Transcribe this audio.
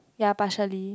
ya partially